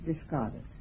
discarded